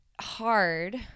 hard